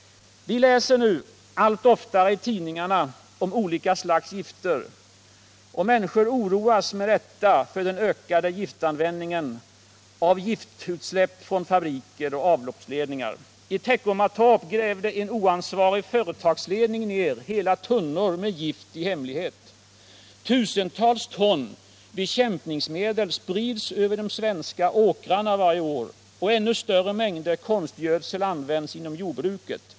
Vi läser nu allt oftare i tidningarna om olika slags gifter. Människor oroar sig med rätta för den ökade giftanvändningen och för giftutsläpp från fabriker och avloppsledningar. I Teckomatorp grävde en oansvarig företagsledning ned hela tunnor med gift i hemlighet. Tusentals ton bekämpningsmedel sprids över de svenska åkrarna varje år. Ännu större mängder konstgödsel används inom jordbruket.